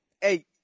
hey